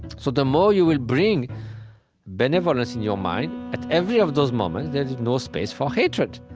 so the more you will bring benevolence in your mind at every of those moments, there's no space for hatred.